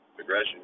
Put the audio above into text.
aggression